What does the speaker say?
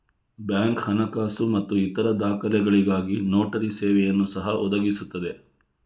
bank ಹಣಕಾಸು ಮತ್ತು ಇತರ ದಾಖಲೆಗಳಿಗಾಗಿ ನೋಟರಿ ಸೇವೆಯನ್ನು ಸಹ ಒದಗಿಸುತ್ತದೆ